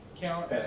count